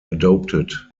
adopted